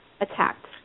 attacked